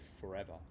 forever